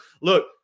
look